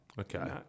Okay